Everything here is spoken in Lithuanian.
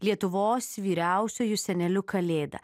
lietuvos vyriausiuoju seneliu kalėda